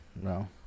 No